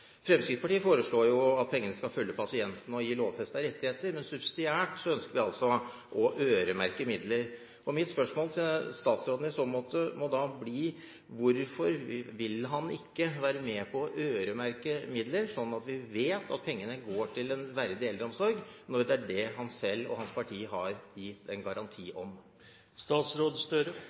Fremskrittspartiet foreslår at pengene skal følge pasienten og å gi lovfestede rettigheter, men subsidiært ønsker vi å øremerke midler. Mitt spørsmål til statsråden må da bli: Hvorfor vil han ikke være med på å øremerke midler, slik at vi vet at pengene går til en verdig eldreomsorg, når det er det han selv og hans parti har gitt en garanti